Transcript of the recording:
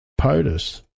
POTUS